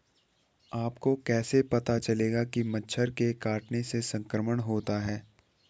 आपको कैसे पता चलेगा कि मच्छर के काटने से संक्रमण होता है?